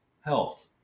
health